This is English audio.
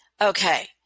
okay